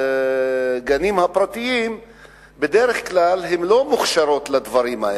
בגנים הפרטיים בדרך כלל הן לא מוכשרות לדברים האלה,